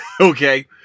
okay